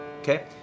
Okay